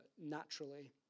naturally